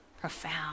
profound